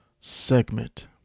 segment